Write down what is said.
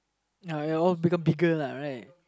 now ya you all become bigger lah right